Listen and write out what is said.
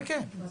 כן, כן.